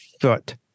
foot